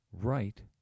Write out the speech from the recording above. right